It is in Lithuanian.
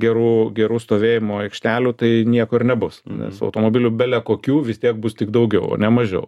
gerų gerų stovėjimo aikštelių tai nieko ir nebus nes automobilių belekokių vis tiek bus tik daugiau o ne mažiau